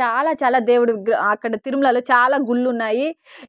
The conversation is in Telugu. చాలా చాలా దేవుడు వి అక్కడ తిరుమలాలో చాలా గుళ్ళున్నాయి